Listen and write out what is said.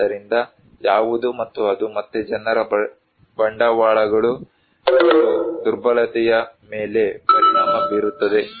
ಆದ್ದರಿಂದ ಯಾವುದು ಮತ್ತು ಅದು ಮತ್ತೆ ಜನರ ಬಂಡವಾಳಗಳು ಮತ್ತು ದುರ್ಬಲತೆಯ ಮೇಲೆ ಪರಿಣಾಮ ಬೀರುತ್ತದೆ